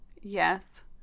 Yes